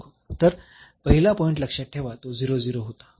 तर पहिला पॉईंट लक्षात ठेवा तो होता